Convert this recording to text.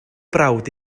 brawd